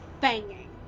banging